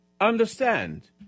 understand